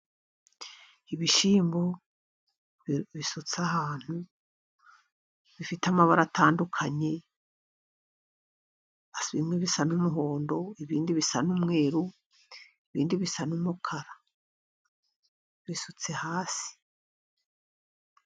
Ibishyimbo bisutse ahantu bifite amabara atandukanye, bimwe bisa n'umuhondo, ibindi bisa n'umweru, ibindi bisa n'umukara bisutse hasi.